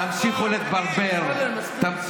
תמשיכו לברבר, "באנו לעבוד".